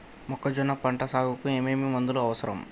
మొక్కజొన్న పంట సాగుకు ఏమేమి మందులు అవసరం?